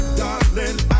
darling